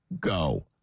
go